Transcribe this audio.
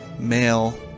male